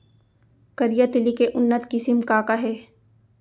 करिया तिलि के उन्नत किसिम का का हे?